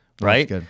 Right